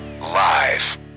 Live